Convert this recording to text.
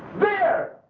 there.